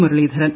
Muraleedharan